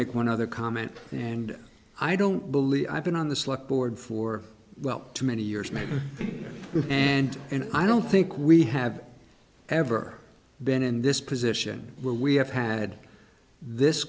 make one other comment and i don't believe i've been on the slug board for well too many years maybe and and i don't think we have ever been in this position where we have had this